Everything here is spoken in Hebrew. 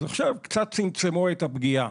אז עכשיו קצת צמצמו את הפגיעה,